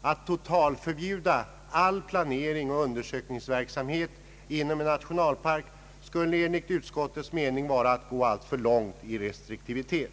Att totalförbjuda all planeringsoch undersökningsverksamhet inom en nationalpark skulle enligt utskottets mening vara att gå alltför långt i restriktivitet.